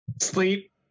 Sleep